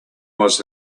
was